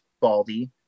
baldy